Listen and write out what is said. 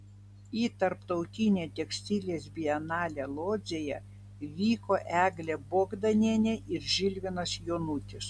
į tarptautinę tekstilės bienalę lodzėje vyko eglė bogdanienė ir žilvinas jonutis